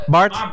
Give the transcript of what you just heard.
Bart